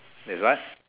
there's what